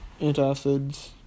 antacids